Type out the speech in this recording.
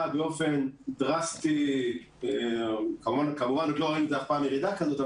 באופן דרסטי כמובן עוד לא ראינו אף פעם ירידה כזאת.